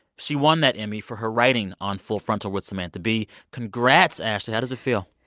she won that emmy for her writing on full frontal with samantha bee. congrats, ashley. how does it feel?